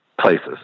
places